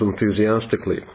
enthusiastically